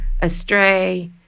astray